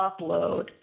upload